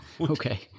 Okay